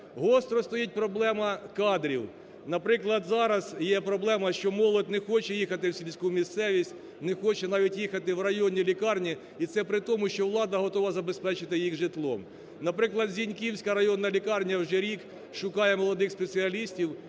Гостро стоїть проблема кадрів. Наприклад, зараз є проблема, що молодь не хоче їхати в сільську місцевість, не хоче навіть їхати в районні лікарні, і це притому, що влада готова забезпечити їх житлом. Наприклад, Зеньківська районна лікарня вже рік шукає молодих спеціалістів,